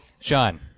Sean